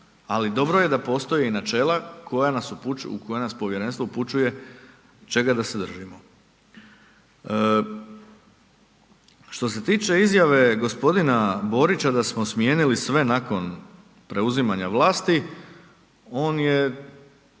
ali dobro je da postoje načela u koja nas povjerenstvo upućuje čega da se držimo. Što se tiče izjave g. Borića da smo smijenili sve nakon preuzimanja vlasti, on je